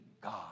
God